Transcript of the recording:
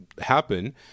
happen